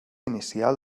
inicial